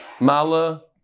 Mala